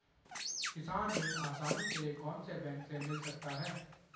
किसान ऋण आसानी से कौनसे बैंक से मिल सकता है?